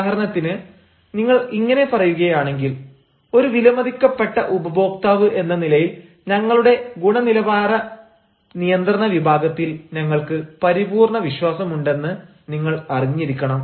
ഉദാഹരണത്തിന് നിങ്ങൾ ഇങ്ങനെ പറയുകയാണെങ്കിൽ ഒരു വിലമതിക്കപ്പെട്ട ഉപഭോക്താവ് എന്ന നിലയിൽ ഞങ്ങളുടെ ഗുണനിലവാര നിയന്ത്രണ വിഭാഗത്തിൽ ഞങ്ങൾക്ക് പരിപൂർണ്ണ വിശ്വാസമുണ്ടെന്ന് നിങ്ങൾ അറിഞ്ഞിരിക്കണം